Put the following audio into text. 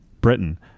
Britain